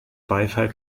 beifall